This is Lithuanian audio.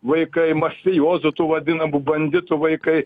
vaikai mafijozų tų vadinamų banditų vaikai